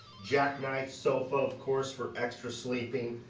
jack knife sofa, of course, for extra sleeping.